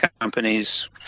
companies